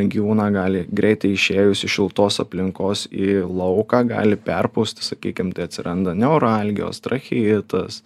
gyvūną gali greitai išėjus iš šiltos aplinkos į lauką gali perpūst sakykim tai atsiranda neuralgijos tracheitas